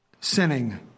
sinning